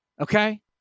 Okay